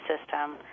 system